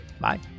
Bye